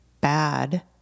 bad